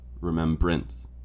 Remembrance